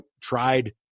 tried